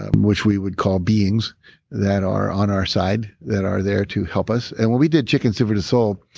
um which we would call beings that are on our side that are there to help us. and when we did chicken soup for the soul,